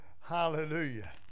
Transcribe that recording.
Hallelujah